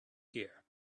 here